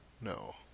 No